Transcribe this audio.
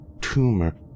tumor